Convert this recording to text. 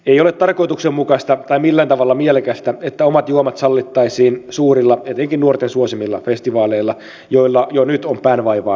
ei ole tarkoituksenmukaista tai millään tavalla mielekästä että omat juomat sallittaisiin suurilla etenkin nuorten suosimilla festivaaleilla joilla jo nyt on päänvaivaa päihteistä